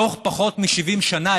בתוך פחות מ-70 שנה,